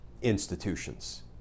institutions